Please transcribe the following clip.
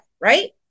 right